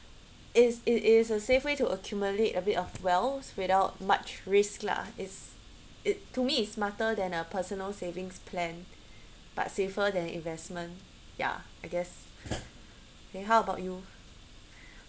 is it is a safe way to accumulate a bit of wealths without much risk lah is it to me is smarter than a personal savings plan but safer than investment ya I guess how about you